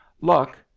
Luck